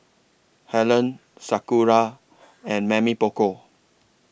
Helen Sakura and Mamy Poko